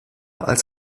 als